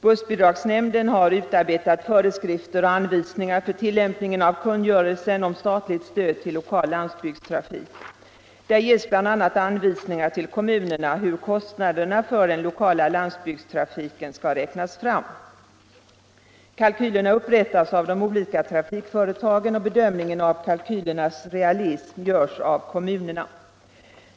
Bussbidragsnämnden har utarbetat föreskrifter och anvisningar för tillämpningen av kungörelsen om statligt stöd till lokal landsbygdstrafik. Där ges bl.a. anvisningar till kommunerna om hur kostnaderna för den lokala landsbygdstrafiken skall räknas fram. Kalkylerna upprättas av de olika trafikföretagen, och bedömningen av kalkylernas realism görs av kommunerna.